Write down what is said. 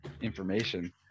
information